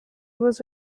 was